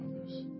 others